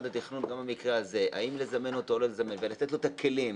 התכנון גם במקרה הזה להחליט האם לזמן או לא לזמן ולתת לו את הכלים,